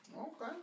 Okay